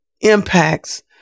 impacts